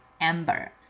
Amber